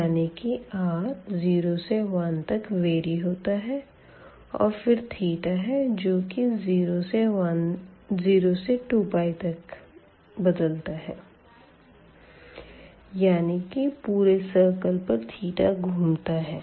यानी कि r0 से 1तक वेरी होता है और फिर थीटा है जो कि 0 से 2πतक बदलता है यानी कि पुरे सिरकल पर थीटा घूमता है